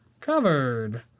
Covered